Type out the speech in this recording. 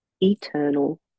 eternal